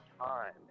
time